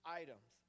items